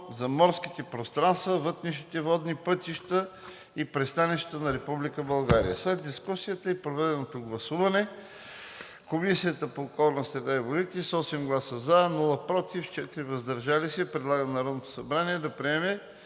за морските пространства, вътрешните водни пътища и пристанищата на Република България. След дискусията и проведеното гласуване Комисията по околната среда и водите с 8 гласа „за“, без „против“ и 4 „въздържал се“ предлага на Народното събрание да приеме